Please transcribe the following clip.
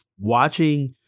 watching